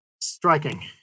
striking